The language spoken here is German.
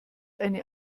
eine